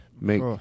make